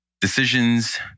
Decisions